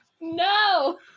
No